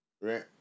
right